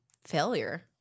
failure